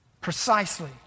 Precisely